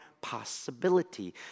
possibility